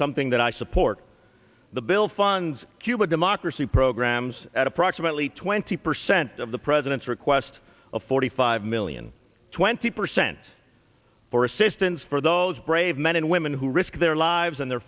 something that i support the bill funds cuba democracy programs at approximately twenty percent of the president's request of forty five million twenty percent for assistance for those brave men and women who risked their lives and their